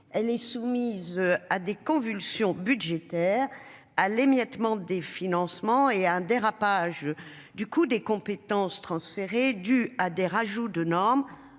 Elle est soumise à des convulsions budgétaire à l'émiettement des financements et un dérapage du coût des compétences transférées du à des rajouts de normes